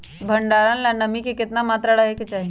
भंडारण ला नामी के केतना मात्रा राहेके चाही?